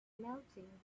melting